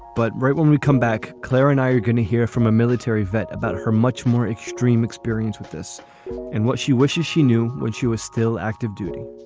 but right when we come back, claire and i are going to hear from a military vet about her much more extreme experience with this and what she wishes she knew when she was still active duty